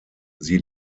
sie